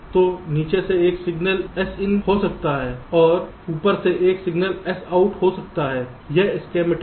तो नीचे से एक सिग्नल Sin हो सकता है और ऊपर से एक सिग्नल Sout हो सकता है